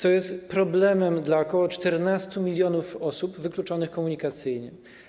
To jest problemem dla ok. 14 mln osób wykluczonych komunikacyjnie.